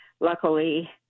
luckily